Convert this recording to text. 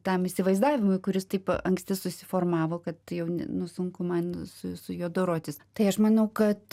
tam įsivaizdavimui kuris taip anksti susiformavo kad jau ne nu sunku man su su juo dorotis tai aš manau kad